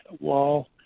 wall